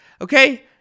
okay